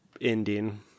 ending